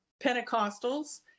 Pentecostals